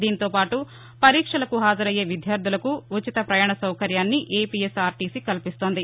దీంతోపాటు పరీక్షలకు హాజరయ్యే విద్యార్డులకు ఉచిత పయాణ సౌకర్యాన్ని ఏపిఎస్ ఆర్టీసీ కల్పిస్తోంది